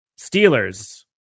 Steelers